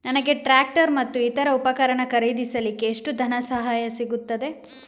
ನನಗೆ ಟ್ರ್ಯಾಕ್ಟರ್ ಮತ್ತು ಇತರ ಉಪಕರಣ ಖರೀದಿಸಲಿಕ್ಕೆ ಎಷ್ಟು ಧನಸಹಾಯ ಸಿಗುತ್ತದೆ?